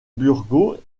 burgos